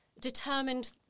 determined